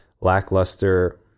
lackluster